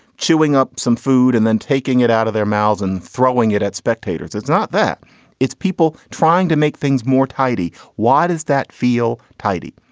chewing up some food and then taking it out of their mouths and throwing it at spectators. it's not that it's people trying to make things more tidy. why does that feel tidy?